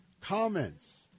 comments